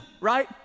right